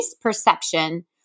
perception